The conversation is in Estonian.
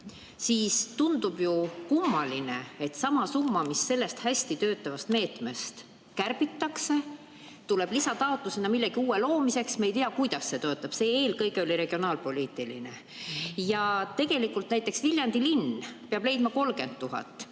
siis tundub ju kummaline, et sama summa, mis sellest hästi töötavast meetmest kärbitakse, antakse lisataotluse peale millegi uue loomiseks. Me ei tea, kuidas see töötab. See eelkõige oli regionaalpoliitiline meede ja näiteks Viljandi linn peab leidma 30 000